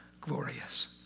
glorious